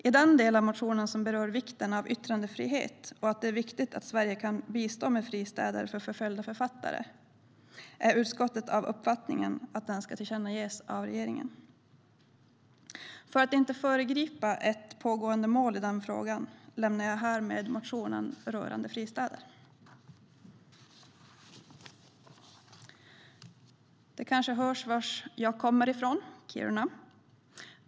I den del av motionen som berör vikten av yttrandefrihet och att det är viktigt att Sverige kan bistå med fristäder för förföljda författare är utskottet av uppfattningen att den ska tillkännages regeringen. För att inte föregripa ett pågående mål i den frågan lämnar jag härmed motionen rörande fristäder. Det kanske hörs vars jag kommer ifrån - Kiruna.